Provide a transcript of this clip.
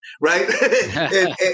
right